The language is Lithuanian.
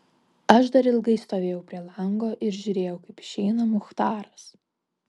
aš dar ilgai stovėjau prie lango ir žiūrėjau kaip išeina muchtaras